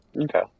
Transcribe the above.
Okay